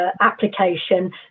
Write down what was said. application